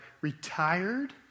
retired